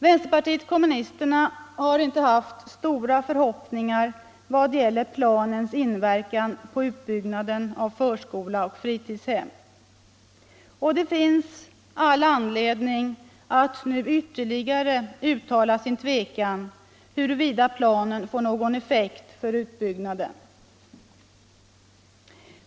Vänsterpartiet kommunisterna har inte haft stora förhoppningar i vad gäller planens inverkan på utbyggnaden av förskola och fritidshem. Och det finns all anledning att nu ytterligare uttala sin tvekan om huruvida planen får någon effekt för utbyggnaden.